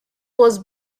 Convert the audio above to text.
was